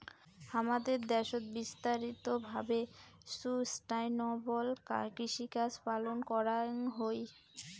হামাদের দ্যাশোত বিস্তারিত ভাবে সুস্টাইনাবল কৃষিকাজ পালন করাঙ হই